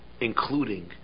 including